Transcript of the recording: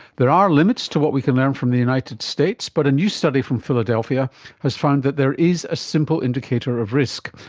there are limits to what we can learn from the united states, but a new study from philadelphia has found that there is a simple indicator of risk.